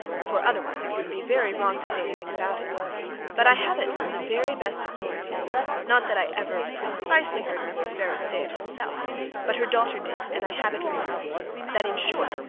for otherwise it would be very wrong to say any thing about it but i have it from the very best authority not that i ever precisely heard mrs. ferrars say it herself but her daughter did, and i have it from her that in short,